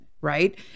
right